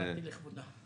באתי לכבודה.